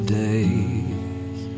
days